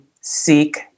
seek